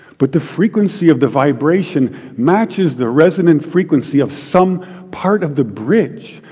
but the frequency of the vibration matches the resonant frequency of some part of the bridge,